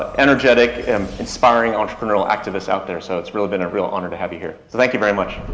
ah energetic, um, inspiring entrepreneur activists out there. so, it's really been a real honor to have you here. so thank you very much.